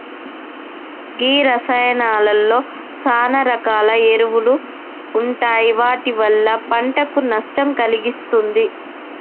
గీ రసాయానాలలో సాన రకాల ఎరువులు ఉంటాయి వాటి వల్ల పంటకు నష్టం కలిగిస్తుంది